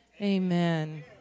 amen